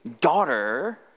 daughter